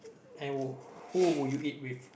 and who will you eat with